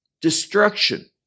destruction